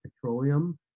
petroleum